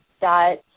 dot